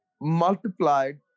multiplied